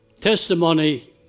testimony